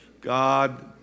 God